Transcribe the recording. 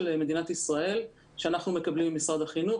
מדינת ישראל שאנחנו מקבלים ממשרד החינוך.